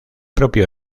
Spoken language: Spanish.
propio